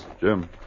Jim